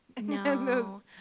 No